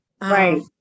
Right